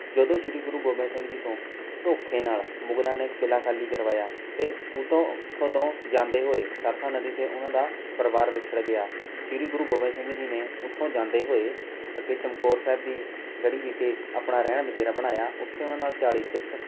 ਜਦੋਂ ਸ਼੍ਰੀ ਗੁਰੂ ਗੋਬਿੰਦ ਸਿੰਘ ਜੀ ਤੋਂ ਧੋਖੇ ਨਾਲ ਮੁਗਲਾਂ ਨੇ ਕਿਲ੍ਹਾ ਖਾਲੀ ਕਰਵਾਇਆ ਅਤੇ ਉਹ ਤੋਂ ਉੱਥੋਂ ਤੋਂ ਜਾਂਦੇ ਹੋਏ ਸਰਸਾ ਨਦੀ 'ਤੇ ਉਹਨਾਂ ਦਾ ਪਰਿਵਾਰ ਵਿਛੜ ਗਿਆ ਸ਼੍ਰੀ ਗੁਰੂ ਗੋਬਿੰਦ ਸਿੰਘ ਜੀ ਨੇ ਉੱਥੋਂ ਜਾਂਦੇ ਹੋਏ ਅੱਗੇ ਚਮਕੌਰ ਸਾਹਿਬ ਦੀ ਗੜੀ ਵਿਖੇ ਆਪਣਾ ਰਹਿਣ ਬਸੇਰਾ ਬਣਾਇਆ ਉੱਥੇ ਉਹਨਾਂ ਨਾਲ ਚਾਲੀ ਸਿੱਖ